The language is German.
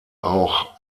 auch